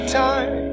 time